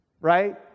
right